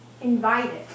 invited